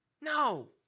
No